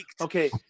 Okay